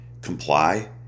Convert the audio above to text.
comply